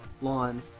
lawn